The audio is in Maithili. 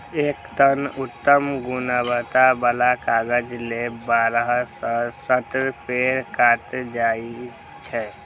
एक टन उत्तम गुणवत्ता बला कागज लेल बारह सं सत्रह पेड़ काटल जाइ छै